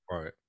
right